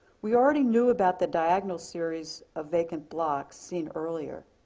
we already knew about the diagonal series of vacant blocks seen earlier.